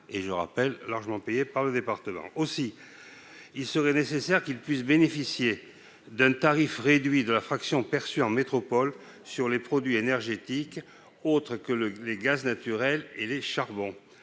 contraints, largement abondés par les départements. Aussi, il serait nécessaire qu'ils puissent bénéficier d'un tarif réduit de la fraction perçue en métropole sur les produits énergétiques autres que les gaz naturels et les charbons.